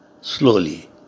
slowly